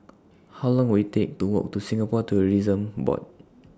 How Long Will IT Take to Walk to Singapore Tourism Board